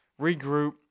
regroup